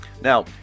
Now